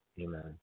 Amen